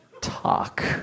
talk